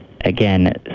again